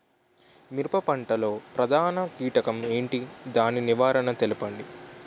మిరప పంట లో ప్రధాన కీటకం ఏంటి? దాని నివారణ తెలపండి?